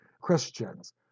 Christians